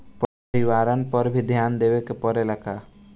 परिवारन पर भी ध्यान देवे के परेला का?